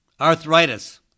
Arthritis